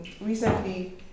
recently